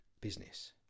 business